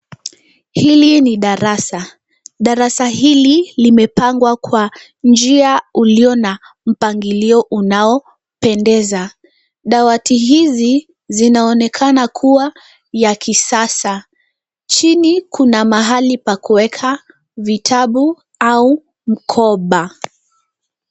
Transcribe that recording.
Hili ni darasa. Darasa hili limepangwa kwa njia ulio na mpangilio unaopendeza. Dawati hizi zinaonekana kuwa ya kisasa. Chini kuna mahali pa kuweka vitabu au mkoba.